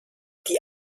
die